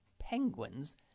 penguins